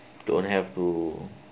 don't have to